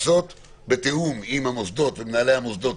לתאם מלוניות עם המוסדות ומנהלי המוסדות,